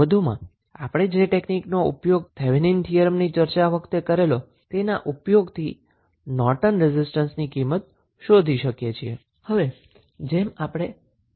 વધુમાં આપણે જે ટેકનીકનો ઉપયોગ થેવેનીન થીયરમની ચર્ચા વખતે કરેલો તેના ઉપયોગથી નોર્ટન રેઝિસ્ટન્સ ની કિંમત શોધી શકીએ છીએ